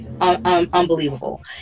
unbelievable